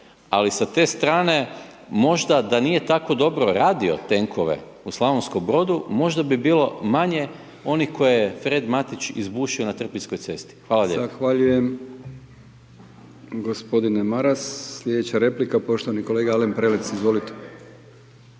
ali sa te strane možda da nije tako dobro radio tenkove u Slavonskom Brodu možda bi bilo manje onih koje je Fred Matić izbušio na Trpinjskoj cesti. Hvala lijepo. **Brkić, Milijan (HDZ)** Zahvaljujem gospodine Maras, slijedeća replika poštovani kolega Alen Prelec, izvolite.